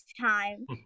time